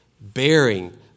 bearing